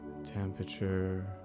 temperature